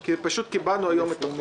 כי קיבלנו היום את החומר.